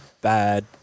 bad